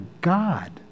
god